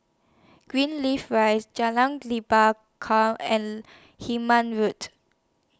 Greenleaf Rise Jalan Lebat and Hemmant Road